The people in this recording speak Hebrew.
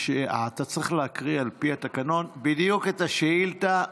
על פי התקנון אתה צריך להקריא בדיוק את השאילתה.